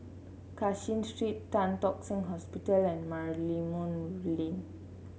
Cashin Street Tan Tock Seng Hospital and Merlimau Lane